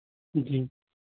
जी